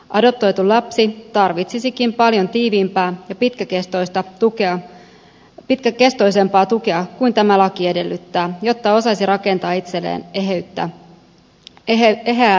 adoptoitu lapsi tarvitsisikin paljon tiiviimpää ja pitkäkestoisempaa tukea kuin tämä laki edellyttää jotta osaisi rakentaa itselleen eheää identiteettiä